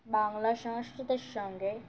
বাংলা সংস্কৃতের সঙ্গে